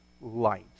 light